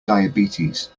diabetes